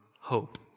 hope